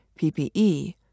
PPE